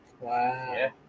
Wow